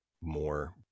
More